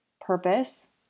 purpose